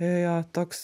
jo jo jo toks